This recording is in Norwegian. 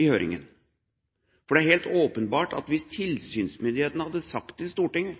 i høringen. For det er helt åpenbart at hvis tilsynsmyndigheten hadde sagt i Stortinget